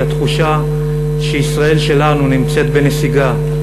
היא התחושה שישראל שלנו נמצאת בנסיגה,